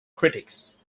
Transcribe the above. critics